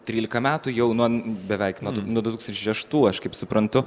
trylika metų jau nuo beveik nuo du tūkstančiai šeštų aš kaip suprantu